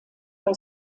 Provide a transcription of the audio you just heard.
bei